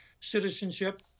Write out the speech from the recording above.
citizenship